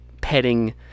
petting